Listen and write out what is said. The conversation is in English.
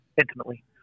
intimately